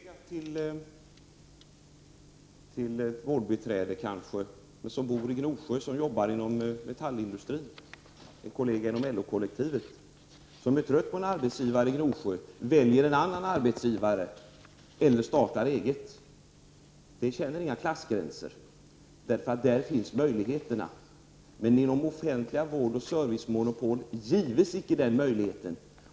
Herr talman! En kollega till ett vårdbiträde, inom LO-kollektivet, som bor i Gnosjö, som jobbar inom metallindustrin och som blir trött på en arbetsgivare i Gnosjö, väljer en annan arbetsgivare eller startar eget. Då känner man inga klassgränser, för där finns möjligheterna. Men inom offentlig, vård och servicemonopol gives icke de möjligheterna.